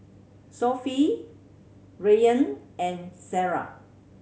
Sofea Rayyan and Sarah